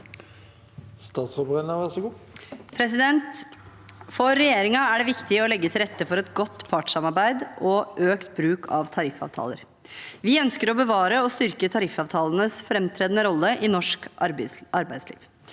For regjeringen er det viktig å legge til rette for et godt partssamarbeid og økt bruk av tariffavtaler. Vi ønsker å bevare og styrke tariffavtalenes framtredende rolle i norsk arbeidsliv.